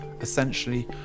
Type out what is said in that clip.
essentially